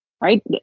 right